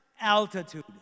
altitude